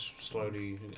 slowly